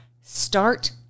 start